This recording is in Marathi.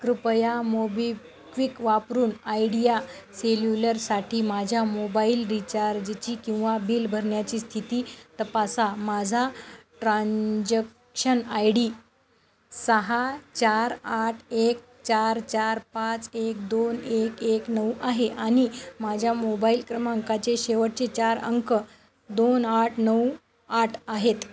कृपया मोबिक्विक वापरून आयडिया सेल्युलरसाठी माझ्या मोबाईल रिचार्जची किंवा बिल भरण्याची स्थिती तपासा माझा ट्रान्झेक्शन आय डी सहा चार आठ एक चार चार पाच एक दोन एक एक नऊ आहे आणि माझ्या मोबाईल क्रमांकाचे शेवटचे चार अंक दोन आठ नऊ आठ आहेत